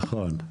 נכון.